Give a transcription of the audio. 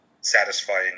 satisfying